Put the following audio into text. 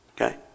Okay